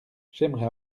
j’aimerais